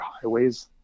highways